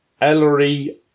Ellery